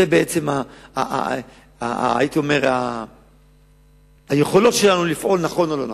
מדובר ביכולת שלנו לפעול נכון או לא נכון.